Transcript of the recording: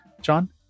John